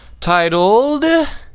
Titled